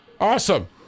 Awesome